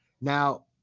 Now